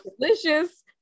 delicious